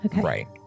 Right